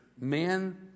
men